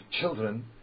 children